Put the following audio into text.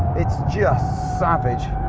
it's just savage.